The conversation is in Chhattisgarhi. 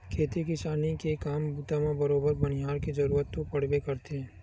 खेती किसानी के काम बूता म बरोबर बनिहार के जरुरत तो पड़बे करथे